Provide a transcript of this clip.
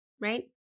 right